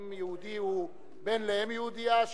האם יהודי הוא בן לאם יהודייה,